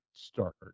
start